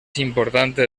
importante